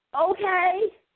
okay